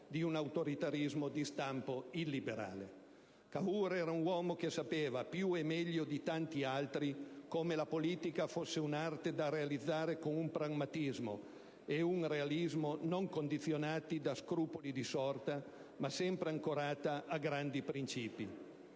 di un autoritarismo di stampo illiberale. Cavour era un uomo che sapeva più e meglio di tanti altri come la politica fosse un'arte da realizzare con un pragmatismo e un realismo non condizionati da scrupoli di sorta ma sempre ancorata a grandi principi.